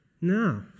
No